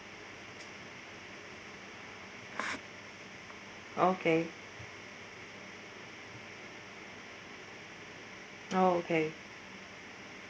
okay oh okay